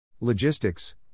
Logistics